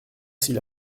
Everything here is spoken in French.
s’il